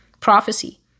prophecy